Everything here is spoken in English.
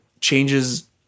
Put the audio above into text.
changes